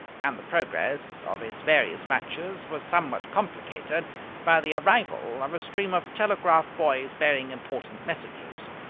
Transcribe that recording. and the progress of his various matches was somewhat complicated by the arrival of a stream of telegraph-boys bearing important messages.